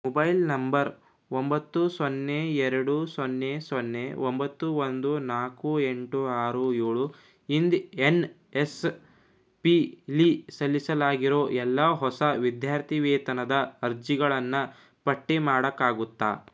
mobile number ಒಂಬತ್ತು ಸೊನ್ನೆ ಎರಡು ಸೊನ್ನೆ ಸೊನ್ನೆ ಒಂಬತ್ತು ಒಂದು ನಾಲ್ಕು ಎಂಟು ಆರು ಏಳು ಇಂದ ಎನ್ ಎಸ್ ಪಿ ಲಿ ಸಲ್ಲಿಸಲಾಗಿರೋ ಎಲ್ಲ ಹೊಸ ವಿದ್ಯಾರ್ಥಿವೇತನದ ಅರ್ಜಿಗಳನ್ನು ಪಟ್ಟಿ ಮಾಡೊಕಾಗುತ್ತ